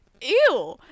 ew